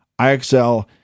IXL